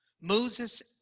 Moses